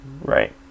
Right